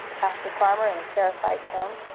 asked the farmer in a terrified tone.